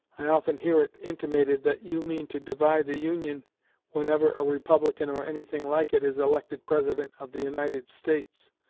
i often hear it intimated that you mean to divide the union whenever a republican, or anything like it, is elected president of the united states.